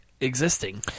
existing